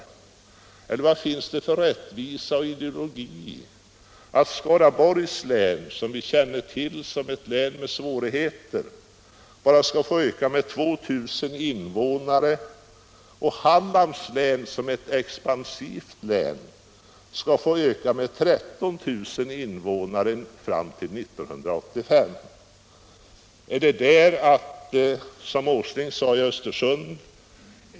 Eller vad finns Samordnad det för rättvisa och logik i att Skaraborgs län, som vi vet har svårigheter, — sysselsättnings och bara skall få öka med 2 000 invånare medan Hallands län, som är ett ex — regionalpolitik pansivt län, skall få öka med 13000 invånare fram till 1985? Detta blir nämligen det konkreta resultatet av majoritetens förslag.